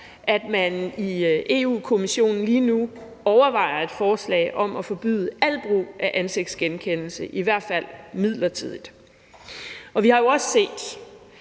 man i Europa-Kommissionen lige nu overvejer et forslag om at forbyde al brug af ansigtsgenkendelse, i hvert fald midlertidigt. Vi har jo også set,